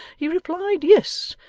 he replied yes,